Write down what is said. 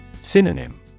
Synonym